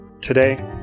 Today